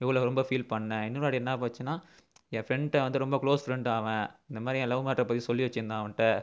இவ்வளோ ரொம்ப ஃபீல் பண்ணிணேன் இன்னொரு வாட்டி என்னப்போச்சுன்னால் என் ஃப்ரெண்ட்டை வந்து ரொம்ப க்ளோஸ் ஃப்ரெண்டா அவன் இந்த மாதிரி என் லவ் மேட்டரை அப்போதைக்கி சொல்லி வச்சுருந்தேன் அவன்கிட்ட